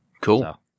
Cool